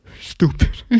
stupid